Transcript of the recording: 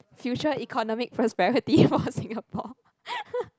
future economic prosperity for Singapore